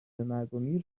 مرگومیر